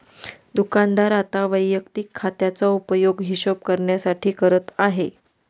दुकानदार आता वैयक्तिक खात्याचा उपयोग हिशोब करण्यासाठी करत आहे